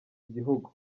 igihugu